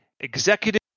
Executive